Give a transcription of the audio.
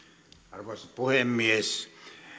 arvoisa puhemies